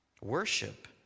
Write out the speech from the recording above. Worship